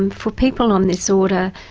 um for people on this order,